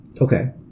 Okay